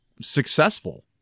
successful